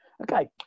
Okay